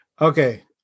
Okay